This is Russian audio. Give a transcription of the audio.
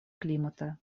климата